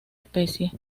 especie